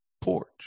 porch